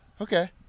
Okay